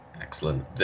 Excellent